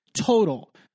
total